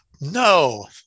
No